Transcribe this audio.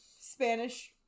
spanish